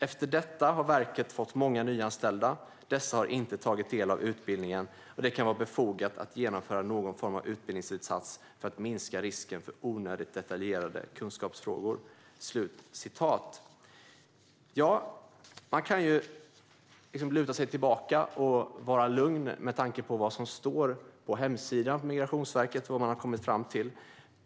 Efter detta har verket fått många nyanställda, och dessa har inte tagit del av utbildningen. Det kan vara befogat att genomföra någon form av utbildningsinsats för att minska risken för onödigt detaljerade kunskapsfrågor. Man kan luta sig tillbaka och vara lugn med tanke på vad som står på Migrationsverkets hemsida.